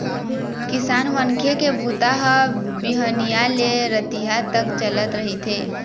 किसान मनखे के बूता ह बिहनिया ले रतिहा तक चलत रहिथे